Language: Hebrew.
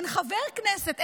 אין חבר כנסת,